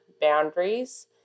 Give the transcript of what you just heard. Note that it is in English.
boundaries